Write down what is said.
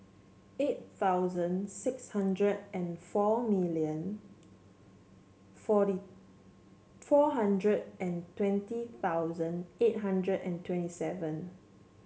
eight thousand six hundred and four million forty four hundred and twenty thousand eight hundred and twenty seven